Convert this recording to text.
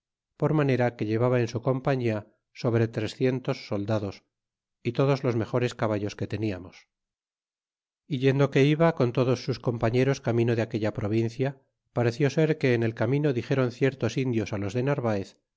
por manera que llevaba en su compañia sobre trecientos soldados y todos los mejores caballos que teniamos e yendo que iba con todos sus compañeros camino de aquella provincia pareció ser que en el camino dixéron ciertos indios á los de narvaez